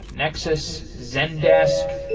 nexus, zendesk,